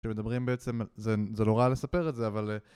כשמדברים בעצם, זה נורא לספר את זה, אבל...